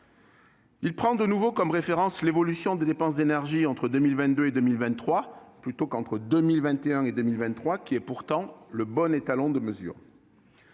prend de nouveau comme référence l'évolution des dépenses d'énergie entre 2022 et 2023, plutôt qu'entre 2021 et 2023, alors qu'il s'agit là du bon étalon de mesure.